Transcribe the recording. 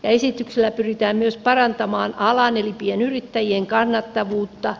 esityksellä pyritään myös parantamaan alan eli pienyrittäjien kannattavuutta